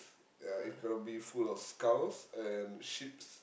ya it's gonna be full of skulls and ships